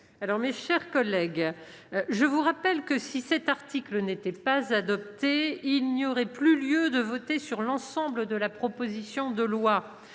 4. Mes chers collègues, je vous rappelle que, si cet article n'était pas adopté, il n'y aurait plus lieu de voter sur l'ensemble de la proposition de loi,